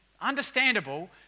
understandable